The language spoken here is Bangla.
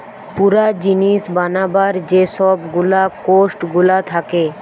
পুরা জিনিস বানাবার যে সব গুলা কোস্ট গুলা থাকে